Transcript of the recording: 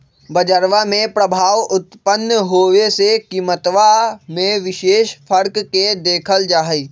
बजरवा में प्रभाव उत्पन्न होवे से कीमतवा में विशेष फर्क के देखल जाहई